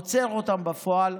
עוצר אותם בפועל,